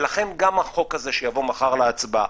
ולכן גם החוק הזה שיבוא מחר להצבעה,